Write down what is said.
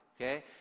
okay